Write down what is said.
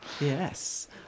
yes